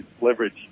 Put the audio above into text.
leverage